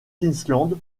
queensland